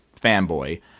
fanboy